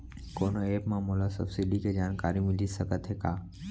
कोनो एप मा मोला सब्सिडी के जानकारी मिलिस सकत हे का?